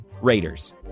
Raiders